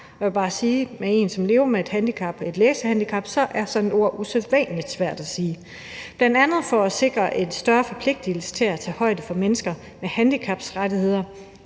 og jeg vil bare sige som en, der lever med en med et læsehandicap, at sådan et ord er usædvanlig svært at sige – bl.a. for at sikre en større forpligtigelse til at tage højde for mennesker med handicaps rettigheder.